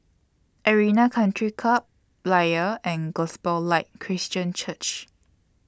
Arena Country Club Layar and Gospel Light Christian Church